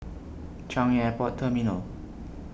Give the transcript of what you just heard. Changi Airport Terminal